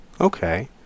Okay